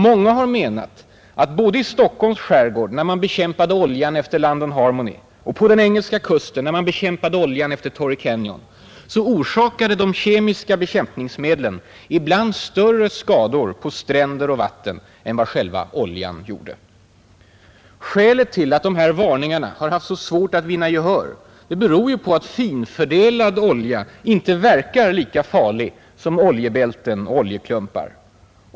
Många har menat att både i Stockholms skärgård och på den engelska kusten orsakade de kemiska bekämpningsmedlen ibland större skador på stränder och vatten än vad själva oljan gjorde. Skälet till att de här varningarna haft så svårt att vinna gehör är att finfördelad olja inte verkar lika farlig som oljebälten och oljeklumpar.